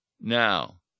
Now